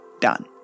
Done